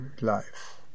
life